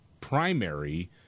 primary